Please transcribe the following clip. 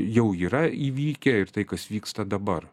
jau yra įvykę ir tai kas vyksta dabar